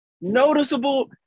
noticeable